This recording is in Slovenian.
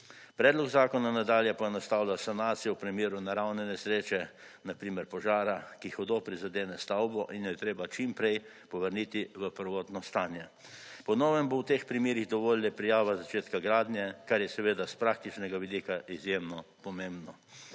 Predlog zakona nadalje poenostavlja sanacije v primeru naravne nesreče na primer požara, ki hudo prizadene stavbo in jo je treba čim prej povrniti v prvotno stanje. Po novem bo v teh primerih dovolj le prijava začekta gradnje, kar je seveda iz praktičnega vidika izjemno pomembno.